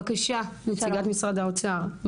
בבקשה, נציגת משרד האוצר.